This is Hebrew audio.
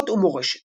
ביקורות ומורשת